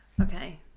Okay